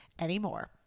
Anymore